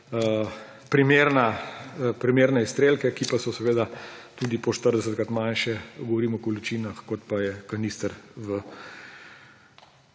primerne izstrelke, ki pa so seveda tudi po 40-krat manjši, govorim o količinah, kot pa je kanister v